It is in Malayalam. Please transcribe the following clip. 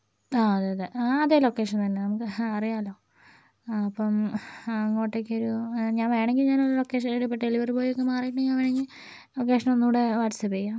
അതെ അതെ അതേ ലൊക്കേഷൻ തന്നെ നമുക്ക് ഹാ അറിയാമല്ലൊ അപ്പം അങ്ങോട്ടേക്കൊരു ഞാൻ വേണമെങ്കിൽ ഞാൻ ഒരു ലൊക്കേഷൻ ഇപ്പോൾ ഡെലിവറി ബോയ് ഒക്കെ മാറിയിട്ടുണ്ടെങ്കിൽ ഞാൻ വേണമെങ്കിൽ ലൊക്കേഷൻ ഒന്നും കൂടെ വാട്സപ്പ് ചെയ്യാം